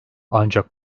ancak